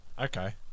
Okay